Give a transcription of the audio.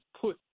put